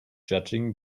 judging